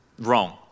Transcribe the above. Wrong